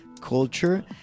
culture